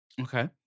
Okay